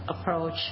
approach